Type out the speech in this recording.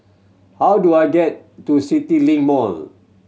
how do I get to CityLink Mall